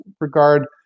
regard